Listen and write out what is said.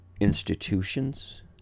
institutions